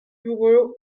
bureau